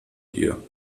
dir